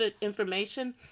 information